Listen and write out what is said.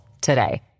today